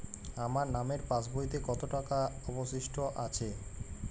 আমার নামের পাসবইতে কত টাকা অবশিষ্ট আছে?